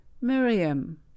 Miriam